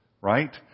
right